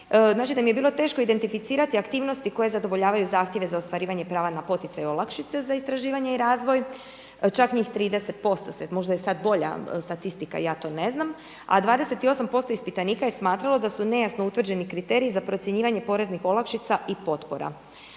Znači da im je bilo teško identificirati aktivnosti koje zadovoljavaju zahtjeve za ostvarivanje prava na poticaj i olakšice za istraživanje i razvoj. Čak njih 30% se, možda je sad bolja statistika ja to ne znam, a 28% ispitanika je smatralo da su nejasno utvrđeni kriteriji za procjenjivanje poreznih olakšica i potpora.